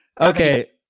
Okay